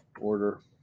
order